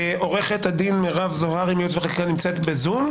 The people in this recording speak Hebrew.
עורכת הדין מירב זוהרי מייעוץ וחקיקה נמצאת בזום.